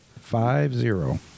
Five-zero